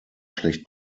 schlecht